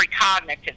precognitive